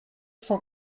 cent